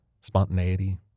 Spontaneity